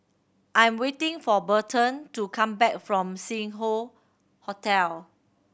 I'm waiting for Berton to come back from Sing Hoe Hotel